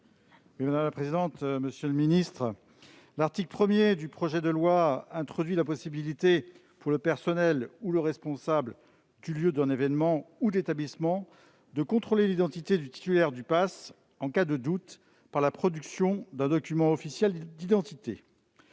: La parole est à M. Patrick Chaize. L'article 1 du projet de loi introduit la possibilité pour le personnel ou le responsable du lieu, de l'événement ou de l'établissement, de « contrôler l'identité » du titulaire du passe, en cas de doute, par la production d'un document officiel d'identité.